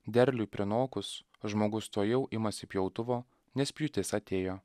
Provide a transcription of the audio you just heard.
derliui prinokus žmogus tuojau imasi pjautuvo nes pjūtis atėjo